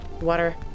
water